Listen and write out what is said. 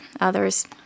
others